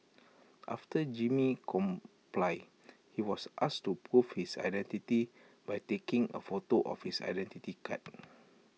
after Jimmy complied he was asked to prove his identity by taking A photo of his Identity Card